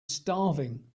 starving